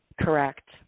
Correct